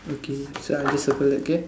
okay so I just circle that okay